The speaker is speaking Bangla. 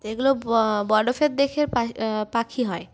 এগুলো ব দেখে পা পাখি হয়